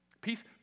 Peace